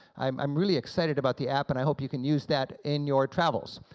i'm really excited about the app and i hope you can use that in your travels.